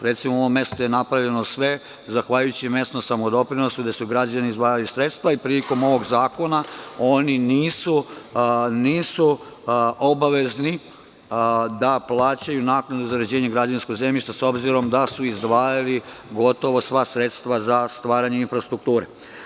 Recimo, u mom mestu je napravljeno sve zahvaljujući mesnom samodoprinosu, gde su građani izdvajali sredstva i prilikom ovog zakona, oni nisu obavezni da plaćaju naknadu za uređenje građevinskog zemljišta, s obzirom da su izdvajali gotovo sva sredstva za stvaranje infrastrukture.